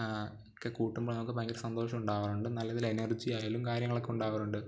ഒക്കെ കൂട്ടുമ്പോൾ നമുക്ക് ഭയങ്കര സന്തോഷം ഉണ്ടാവാറുണ്ട് നല്ലതിൽ എനർജി ആയാലും കാര്യങ്ങളൊക്കെ ഉണ്ടാവാറുണ്ട്